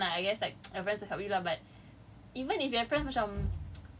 cause I don't have friends that mob what like unless you have your friends then I guess like advice to help you lah but